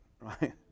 right